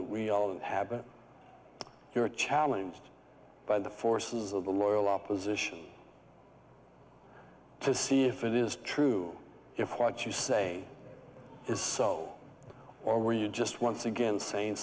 that we all inhabit you're challenged by the forces of the loyal opposition to see if it is true if what you say is so or were you just once again saying